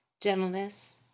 gentleness